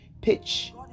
Pitch